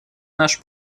наш